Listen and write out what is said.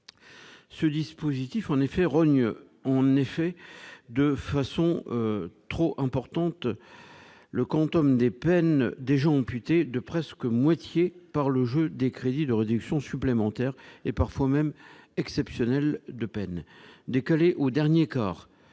Ce dispositif rogne en effet de façon trop importante le quantum de peines déjà presque amputées de moitié par le jeu des crédits de réduction supplémentaires, et parfois même exceptionnels, de peine. Décaler au dernier quart